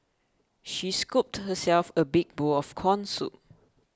she scooped herself a big bowl of Corn Soup